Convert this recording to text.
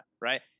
right